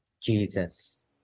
Jesus